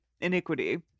iniquity